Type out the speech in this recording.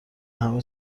همه